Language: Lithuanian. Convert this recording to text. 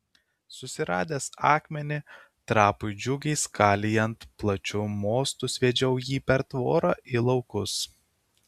susiradęs akmenį trapui džiugiai skalijant plačiu mostu sviedžiau jį per tvorą į laukus